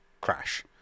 crash